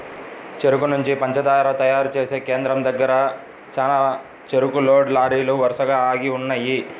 చెరుకు నుంచి పంచదార తయారు చేసే కేంద్రం దగ్గర చానా చెరుకు లోడ్ లారీలు వరసగా ఆగి ఉన్నయ్యి